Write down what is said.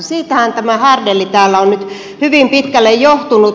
siitähän tämä härdelli täällä on nyt hyvin pitkälle johtunut